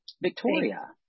Victoria